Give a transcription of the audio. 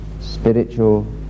spiritual